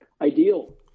ideal